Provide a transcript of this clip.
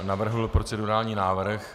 Navrhl bych procedurální návrh.